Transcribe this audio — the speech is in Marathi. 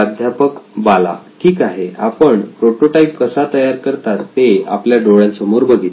प्राध्यापक बाला ठीक आहे आपण प्रोटोटाईप कसा तयार करतात ते आपल्या डोळ्यांसमोर बघितले